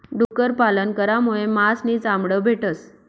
डुक्कर पालन करामुये मास नी चामड भेटस